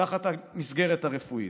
תחת המסגרת הרפואית.